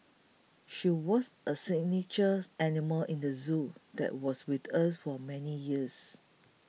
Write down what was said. she was a signature animal in the zoo that was with us for many years